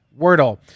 Wordle